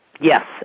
Yes